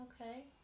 okay